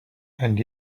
and